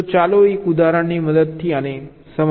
તો ચાલો એક ઉદાહરણની મદદથી આને સમજાવીએ